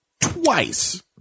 twice